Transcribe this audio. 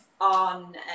on